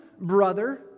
brother